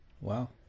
Wow